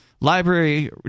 Library